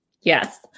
Yes